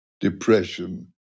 depression